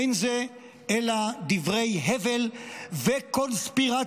אין זה אלא דברי הבל וקונספירציה.